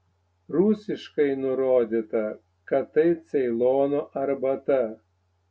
rusiškai nurodyta kad tai ceilono arbata